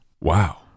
Wow